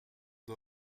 the